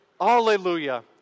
Hallelujah